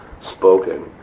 spoken